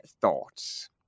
thoughts